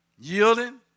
Yielding